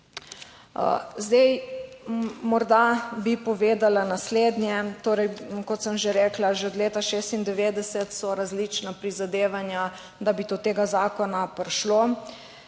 Zdaj, morda bi povedala naslednje, torej kot sem že rekla, že od leta 1996 so različna prizadevanja, da bi do tega zakona prišlo.